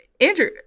Andrew